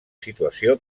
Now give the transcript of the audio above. situació